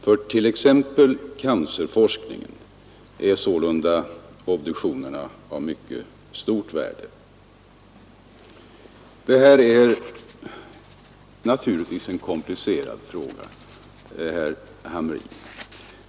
För t.ex. cancerforskningen är sålunda obduktionerna av mycket stort värde. Detta är naturligtvis en komplicerad fråga, herr Hamrin.